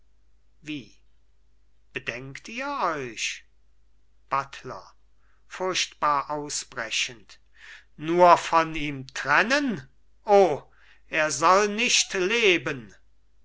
wie bedenkt ihr euch buttler furchtbar ausbrechend nur von ihm trennen o er soll nicht leben